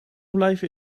blijven